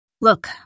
Look